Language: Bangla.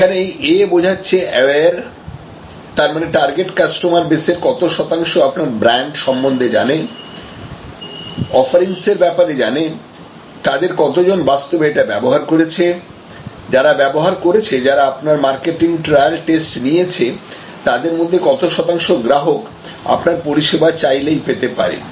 এখানে এই A বোঝাচ্ছে অ্যাওয়ার তারমানে টার্গেট কাস্টমার বেসের কত শতাংশ আপনার ব্র্যান্ড সম্বন্ধে জানে অফারিংস এর ব্যাপারে জানে তাদের কতজন বাস্তবে এটা ব্যবহার করেছে যারা ব্যবহার করেছে যারা আপনার মার্কেটিং ট্রায়াল টেস্টে নিয়েছে তাদের মধ্যে কত শতাংশ গ্রাহক আপনার পরিষেবা চাইলেই পেতে পারে